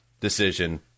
decision